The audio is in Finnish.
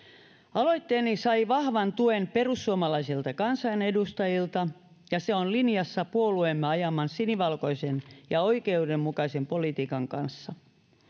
aloitteeni sai vahvan tuen perussuomalaisilta kansanedustajilta ja se on linjassa puolueemme ajaman sinivalkoisen ja oikeudenmukaisen politiikan kanssa